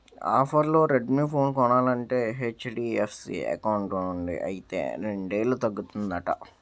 ఆఫర్లో Redmi phone కొనాలంటే HDFC account నుండి అయితే రెండేలు తగ్గుతుందట